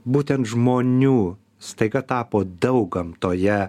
būtent žmonių staiga tapo daug gamtoje